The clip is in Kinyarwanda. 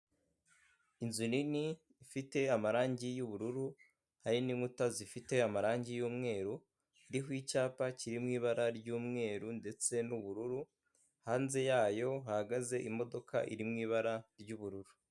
Inzu nini ifite amarangi y'ubururu hari n'inkuta zifite amarangi y'mweru riho icyapa kiririmo ibara ry'umweru ndetse n'ubururu hanze yayo hahagaze imodoka iri mu ibara ry'ubururu.